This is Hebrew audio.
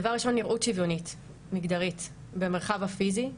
דבר ראשון נראות שוויונית מגדרית במרחב הפיזי,